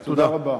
תודה.